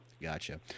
gotcha